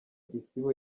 isibo